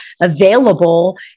available